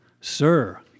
Sir